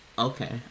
Okay